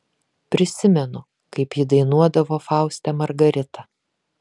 prisimenu kaip ji dainuodavo fauste margaritą